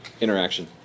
interaction